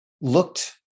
looked